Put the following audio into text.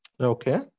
Okay